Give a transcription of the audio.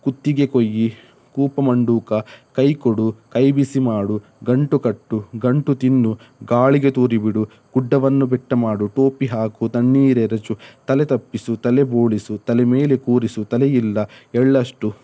ಕುತ್ತಿಗೆ ಕೊಯ್ಯಿ ಕೂಪ ಮಂಡೂಕ ಕೈ ಕೊಡು ಕೈ ಬಿಸಿ ಮಾಡು ಗಂಟು ಕಟ್ಟು ಗಂಟು ತಿನ್ನು ಗಾಳಿಗೆ ತೂರಿ ಬಿಡು ಗುಡ್ಡವನ್ನು ಬೆಟ್ಟ ಮಾಡು ಟೋಪಿ ಹಾಕು ತಣ್ಣೀರೆರಚು ತಲೆ ತಪ್ಪಿಸು ತಲೆ ಬೋಳಿಸು ತಲೆ ಮೇಲೆ ಕೂರಿಸು ತಲೆ ಇಲ್ಲ ಎಳ್ಳಷ್ಟು